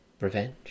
revenge